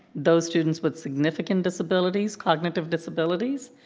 those students with significant disabilities, cognitive disabilities,